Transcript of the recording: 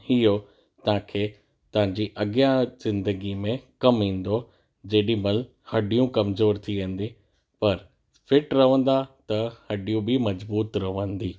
इहो तव्हांखे तव्हांजी अॻियां ज़िंदगी में कमु ईंदो जेॾी महिल हॾियूं कमज़ोर थी वेंदी पर फिट रहंदा त हॾियूं बि मजबूत रहंदी